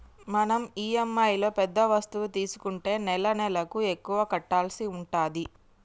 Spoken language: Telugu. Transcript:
మనం ఇఎమ్ఐలో పెద్ద వస్తువు తీసుకుంటే నెలనెలకు ఎక్కువ కట్టాల్సి ఉంటది